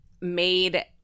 made